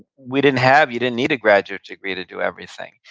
we didn't have, you didn't need a graduate degree to do everything.